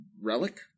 Relic